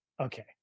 Okay